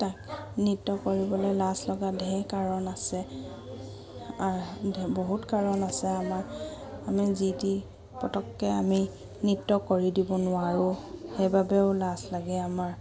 তাক নৃত্য কৰিবলৈ লাজ লগা ধেৰ কাৰণ আছে বহুত কাৰণ আছে আমাৰ আমি যি টি পটককৈ আমি নৃত্য কৰি দিব নোৱাৰোঁ সেইবাবেও লাজ লাগে আমাৰ